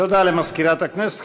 תודה למזכירת הכנסת.